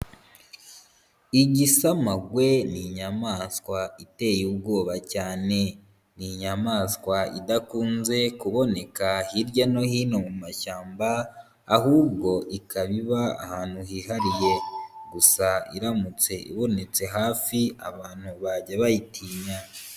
Igisamagwe ni inyamaswa iteye ubwoba cyane, ni inyamaswa idakunze kuboneka hirya no hino mu mashyamba ahubwo ikaba iba ahantu hihariye, gusa iramutse ibonetse hafi abantu bajya bayitinya.